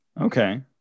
Okay